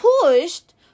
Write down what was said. pushed